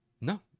No